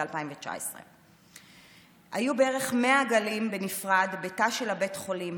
2019. היו בערך 100 עגלים בנפרד בתא של בית החולים,